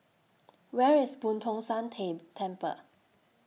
Where IS Boo Tong San Temple